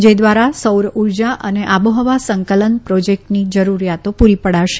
જે દ્વારા સૌર ઉર્જા અને આબોહવા સંકલન પ્રોજેકટની જરૂરીયાતો પુરી પડાશે